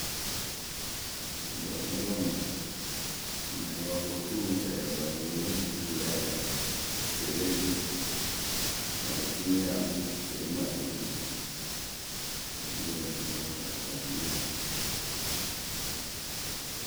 kɨkpǝǝkǝ lǝ ǝmǝ mɛŋwǝ kɨ oturu wɨcɛkɛlɛkpǝ wɨ lo onuŋ kulɛrɩ wǝǝ sereyǝ kpii. Saletumuyayǝ kpii, seremwɛrɩ kpii wɨ ri wǝǝ mɨ nóo koru atɛŋ wɨ kpii wǝǝ.